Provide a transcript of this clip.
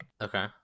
Okay